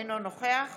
אינו נוכח